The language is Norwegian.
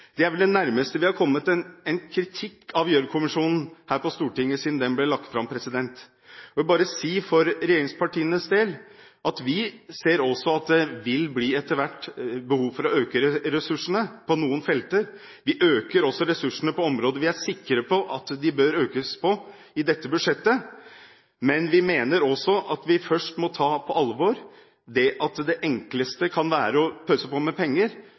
Jeg vil bare si for regjeringspartienes del, at vi også ser at det etter hvert vil bli behov for å øke ressursene på noen felt. Vi øker også ressursene på områder vi er sikre på bør økes i dette budsjettet, men vi mener også at vi først må ta på alvor at det enkleste kan være å pøse på med penger,